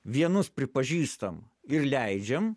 vienus pripažįstam ir leidžiam